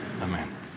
amen